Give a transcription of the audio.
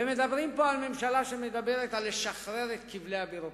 מדברים פה על ממשלה שמדברת על לשחרר את כבלי הביורוקרטיה.